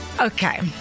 Okay